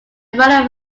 value